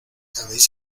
habéis